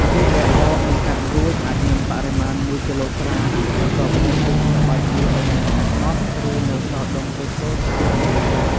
ចេកដែលបក និងកាត់រួចអាចមានបរិមាណ១គីឡូក្រាមក្រាម បន្ទាប់មកយើងច្របាច់វាឱ្យមានសាច់ម៉ដ្ឋ ឬនៅសល់ដុំតូចៗតាមចំណូលចិត្ត។